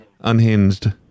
unhinged